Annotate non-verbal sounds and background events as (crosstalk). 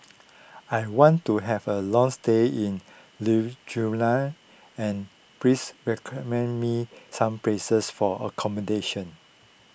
I want to have a long stay in (unintelligible) and please recommend me some places for accommodation